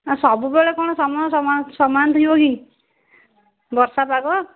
ସବୁବେଳେ କ'ଣ ସମୟ ସମା ସମାନ ଥିବ କି ବର୍ଷାପାଗ